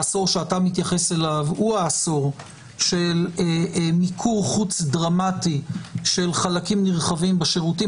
העשור שאתה מתייחס אליו הוא העשור של מיקור דרמטי של חלקים נרחבים בשירותים